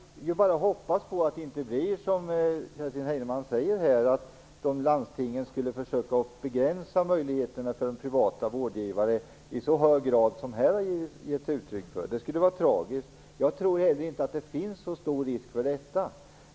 Herr talman! Jag kan bara hoppas att det inte blir så som Kerstin Heinemann säger, att landstingen i hög grad skulle försöka begränsa möjligheterna för privata vårdgivare. Det skulle vara tragiskt. Jag tror inte heller att det är så stor risk för detta.